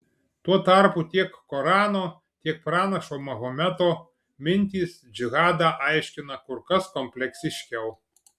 tuo tarpu tiek korano tiek pranašo mahometo mintys džihadą aiškina kur kas kompleksiškiau